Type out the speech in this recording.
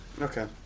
Okay